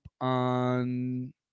on